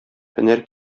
һөнәр